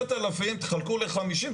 10,000 תחלקו ל-50,